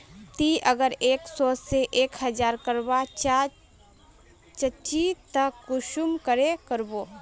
ती अगर एक सो से एक हजार करवा चाँ चची ते कुंसम करे करबो?